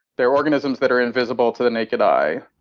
they are organisms that are invisible to the naked eye.